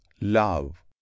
love